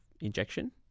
injection